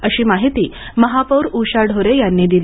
अशी माहिती महापौर उषा ढोरे यांनी दिली